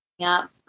up